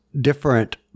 different